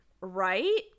Right